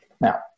now